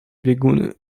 bieguny